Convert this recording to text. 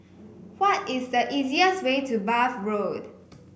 why is the easiest way to Bath Road